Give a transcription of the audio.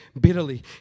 bitterly